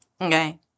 Okay